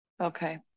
Okay